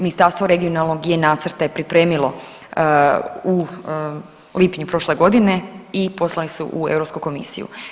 Ministarstvo regionalnog je nacrte pripremilo u lipnju prošle godine i poslani su u Europsku komisiju.